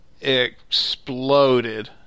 exploded